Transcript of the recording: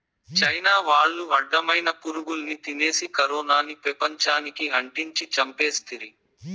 China వాళ్లు అడ్డమైన పురుగుల్ని తినేసి కరోనాని పెపంచానికి అంటించి చంపేస్తిరి